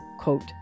quote